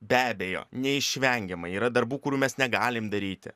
be abejo neišvengiamai yra darbų kurių mes negalim daryti